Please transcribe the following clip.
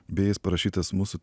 beje jis parašytas mūsų